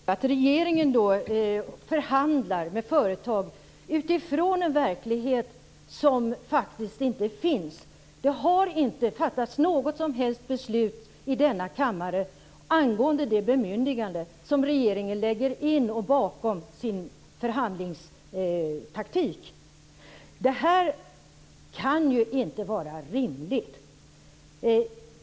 Fru talman! Faktum är att regeringen förhandlar med företag utifrån en verklighet som inte finns. Det har inte fattats något som helst beslut i denna kammare angående det bemyndigande som regeringen lägger in i sin förhandlingstaktik. Det kan inte vara rimligt.